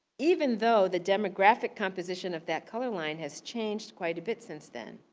even though the demographic composition of that color line has changed quite a bit since then,